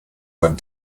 went